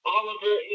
Oliver